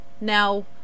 now